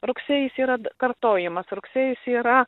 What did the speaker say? rugsėjis yra kartojimas rugsėjis yra